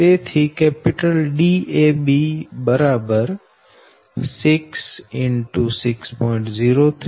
તેથી Dab 6 X 6